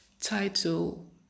title